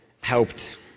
helped